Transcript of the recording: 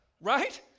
Right